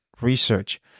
research